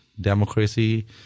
democracy